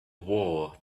war